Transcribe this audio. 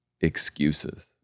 excuses